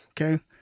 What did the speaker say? Okay